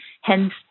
Hence